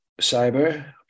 cyber